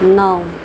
नौ